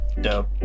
dope